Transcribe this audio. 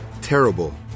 Terrible